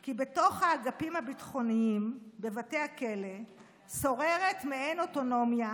כי בתוך האגפים הביטחוניים בבתי הכלא שוררת מעין אוטונומיה